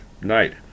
night